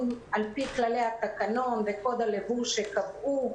על פי כללי התקנון וקוד הלבוש שקבעו.